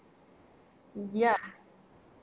ya